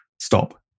stop